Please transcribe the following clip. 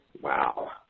Wow